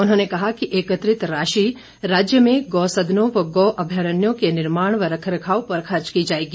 उन्होंने कहा कि एकत्रित राशि राज्य में गौसदनों व गौ अभ्यारणों के निर्माण व रखरखाव पर खर्च की जाएगी